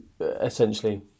essentially